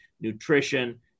nutrition